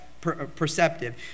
perceptive